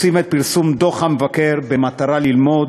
רוצים את פרסום דוח המבקר במטרה ללמוד,